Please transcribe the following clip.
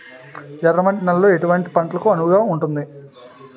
ఎర్ర మట్టి నేలలో ఎటువంటి పంటలకు అనువుగా ఉంటుంది?